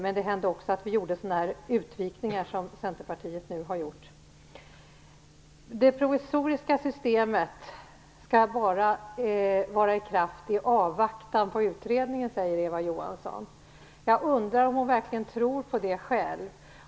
Men det hände också att man gjorde sådana utvikningar som Centerpartiet nu har gjort. Det provisoriska systemet kan bara vara i kraft i avvaktan på utredningen, säger Eva Johansson. Jag undrar om hon verkligen själv tror på det.